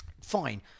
Fine